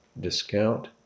discount